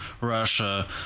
Russia